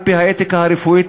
על-פי האתיקה הרפואית,